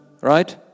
right